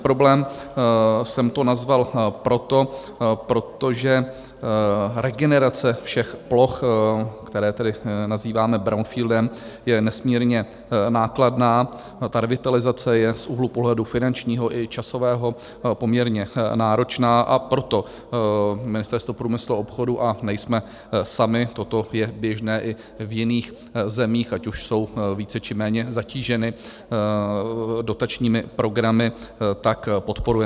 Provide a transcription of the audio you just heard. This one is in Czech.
Problém jsem to nazval proto, že regenerace všech ploch, které tedy nazýváme brownfieldem, je nesmírně nákladná a ta revitalizace je z úhlu pohledu finančního i časového poměrně náročná, a proto Ministerstvo průmyslu a obchodu, a nejsme sami, toto je běžné i v jiných zemích, ať už jsou více, či méně zatíženy dotačními programy, tak podporujeme.